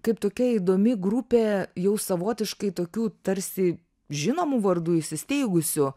kaip tokia įdomi grupė jau savotiškai tokių tarsi žinomų vardų įsisteigusių